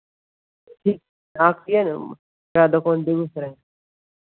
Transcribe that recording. ठीक बेगूसराय